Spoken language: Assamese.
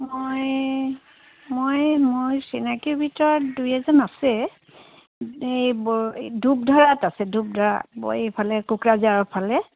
মই মই মই চিনাকীৰ ভিতৰত দুই এজন আছে এই বৰ ধূপধৰাত আছে ধূপধৰা এইফালে কোকৰাঝাৰৰ ফালে